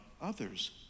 others